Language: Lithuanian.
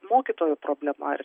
mokytojų problema ar